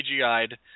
CGI'd